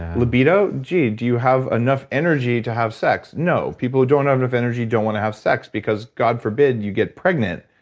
libido? gee. do you have enough energy to have sex? no. people who don't have enough energy don't wanna have sex because, god forbid, you get pregnant,